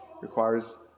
Requires